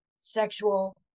sexual